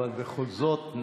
אבל בכל זאת,